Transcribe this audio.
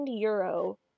euro